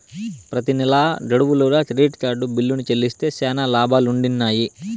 ప్రెతి నెలా గడువు లోగా క్రెడిట్ కార్డు బిల్లుని చెల్లిస్తే శానా లాబాలుండిన్నాయి